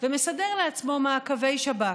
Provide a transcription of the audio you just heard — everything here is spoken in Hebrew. ומסדר לעצמו מעקבי שב"כ.